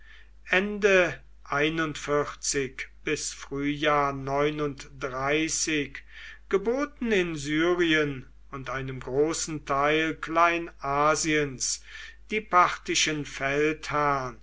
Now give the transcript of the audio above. geboten in syrien und einem großen teil kleinasiens die parthischen